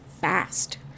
fast